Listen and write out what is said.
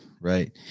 right